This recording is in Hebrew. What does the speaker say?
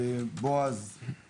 אתם פועלים כבר במקום?